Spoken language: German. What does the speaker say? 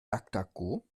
duckduckgo